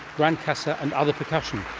gran casa and other percussion.